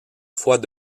fois